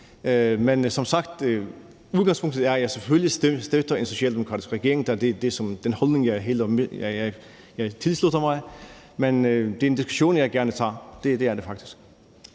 udgangspunktet, at jeg selvfølgelig støtter en socialdemokratisk regering, da det er den holdning, jeg tilslutter mig. Men det er en diskussion, jeg gerne tager – det er det faktisk.